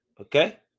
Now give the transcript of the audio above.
Okay